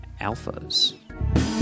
Alphas